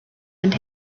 mynd